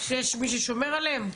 שיש מי ששומר עליהם?